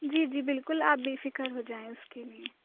جی جی بالکل آپ بےفکر ہو جائیں اس کے لیے